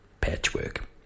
patchwork